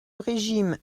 régime